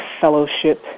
fellowship